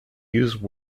use